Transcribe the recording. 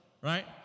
Right